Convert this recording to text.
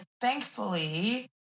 thankfully